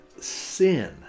sin